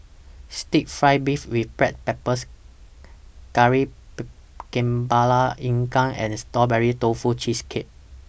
Stir Fry Beef with Black Pepper Kari Kepala Ikan and Strawberry Tofu Cheesecake